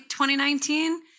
2019